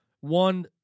One